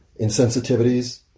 insensitivities